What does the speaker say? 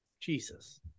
Jesus